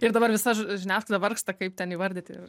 ir dabar visa žiniasklaida vargsta kaip ten įvardyti